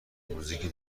موزیکی